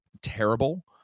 terrible